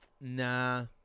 nah